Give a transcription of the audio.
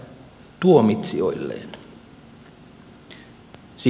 siis kenelle